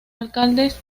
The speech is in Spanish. alcaldes